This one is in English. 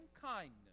kindness